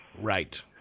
Right